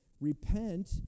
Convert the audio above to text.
Repent